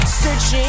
Searching